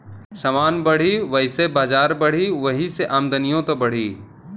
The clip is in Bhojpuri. समान बढ़ी वैसे बजार बढ़ी, वही से आमदनिओ त बढ़ी